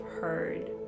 heard